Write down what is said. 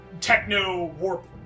techno-warp